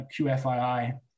QFII